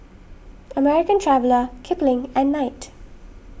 American Traveller Kipling and Knight